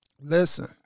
Listen